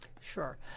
Sure